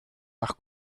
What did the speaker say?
par